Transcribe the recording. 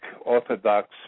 Orthodox